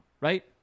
right